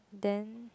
then